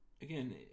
again